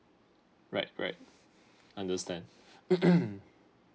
right right understand